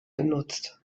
benutzt